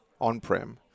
on-prem